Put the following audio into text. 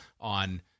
on